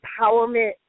empowerment